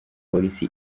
polisi